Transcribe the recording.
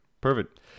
Perfect